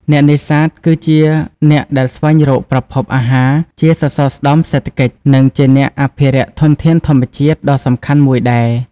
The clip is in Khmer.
អ្នកនេសាទ គឺជាអ្នកដែលស្វែងរកប្រភពអាហារ ជាសសរស្តម្ភសេដ្ឋកិច្ច និងជាអ្នកអភិរក្សធនធានធម្មជាតិដ៏សំខាន់មួយដែរ។